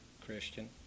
Christian